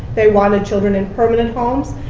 they wanted children in permanent homes.